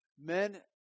Men